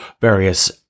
various